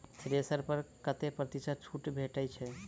Thresher पर कतै प्रतिशत छूट भेटय छै?